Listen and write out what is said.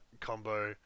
combo